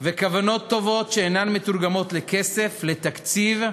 וכוונות טובות שאינן מתורגמות לכסף, לתקציב,